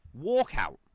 walkout